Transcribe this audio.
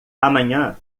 amanhã